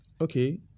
Okay